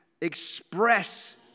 express